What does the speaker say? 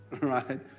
right